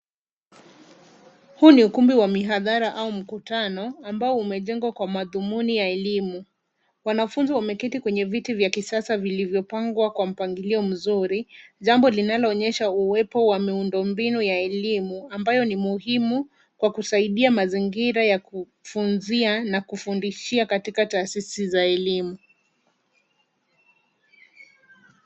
Huu ni ukumbi wa mihathara au mkutano, ambao umejengwa kwa madhumuni ya elimu. Wanafunzi wameketi kwenye viti vya kisasa vilivyopangwa kwa mpangilio mzuri, jambo linaloonyesha uwepo wa miundo mbinu ya elimu, ambayo ni muhimu kwa kusaidia mazingira za kufunzia na kufundishia katika taasisi za elimu.